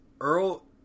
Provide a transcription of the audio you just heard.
earl